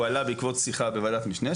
הוא עלה בעקבות שיחה בוועדת משנה,